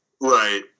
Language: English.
Right